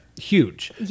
Huge